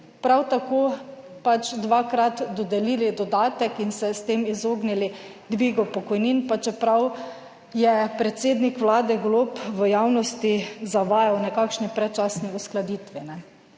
prav tako dvakrat dodelili dodatek in se s tem izognili dvigu pokojnin, pa čeprav je predsednik Vlade, Golob, v javnosti zavajal v nekakšni predčasni uskladitvi